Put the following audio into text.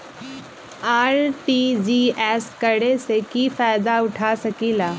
RTGS करे से की फायदा उठा सकीला?